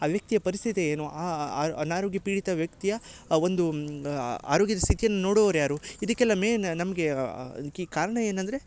ಆ ವ್ಯಕ್ತಿಯ ಪರಿಸ್ಥಿತಿ ಏನು ಆರು ಅನಾರೋಗ್ಯ ಪೀಡಿತ ವ್ಯಕ್ತಿಯ ಆ ಒಂದು ಆರೋಗ್ಯದ ಸ್ಥಿತಿಯನ್ನ ನೋಡುವವ್ರ ಯಾರು ಇದಕ್ಕೆಲ್ಲ ಮೇನ್ ನಮಗೆ ಅದಕ್ಕೆ ಕಾರಣ ಏನಂದರೆ